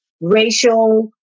racial